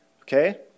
Okay